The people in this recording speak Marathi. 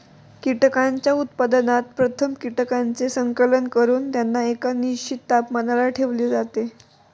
कीटकांच्या उत्पादनात प्रथम कीटकांचे संकलन करून त्यांना एका निश्चित तापमानाला ठेवले जाते